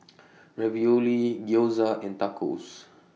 Ravioli Gyoza and Tacos